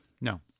No